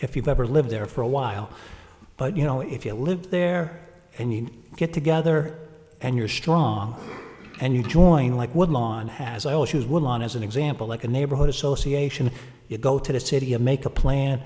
if you've ever lived there for a while but you know if you live there and you get together and you're strong and you join like woodlawn has i always use women as an example like a neighborhood association you go to the city of make a plan